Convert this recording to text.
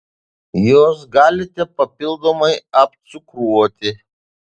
juos galite papildomai apcukruoti